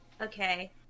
okay